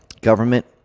government